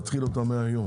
להתחיל אותם מהיום,